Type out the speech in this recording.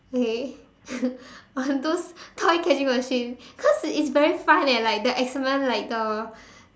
okay on those toy catching machines cause it's very fun eh like the excitement like the